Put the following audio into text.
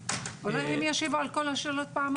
אולי הם ישיבו על כל השאלות בפעם אחת.